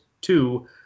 two